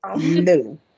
no